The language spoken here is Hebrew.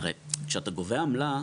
הרי כשאתה גובה את העמלה,